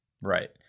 Right